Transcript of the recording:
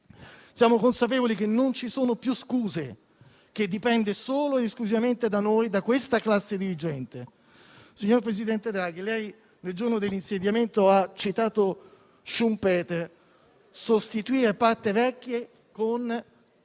Siamo consapevoli che non ci sono più scuse, che dipende solo ed esclusivamente da noi, da questa classe dirigente. Presidente Draghi, il giorno dell'insediamento lei ha citato Schumpeter: sostituire parti vecchie con